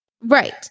Right